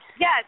Yes